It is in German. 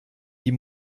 die